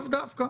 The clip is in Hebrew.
לאו דווקא.